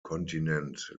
kontinent